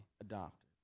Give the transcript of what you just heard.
adopted